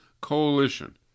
Coalition